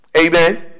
Amen